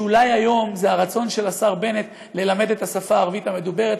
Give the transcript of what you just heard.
שאולי היום זה הרצון של השר בנט ללמד את השפה הערבית המדוברת,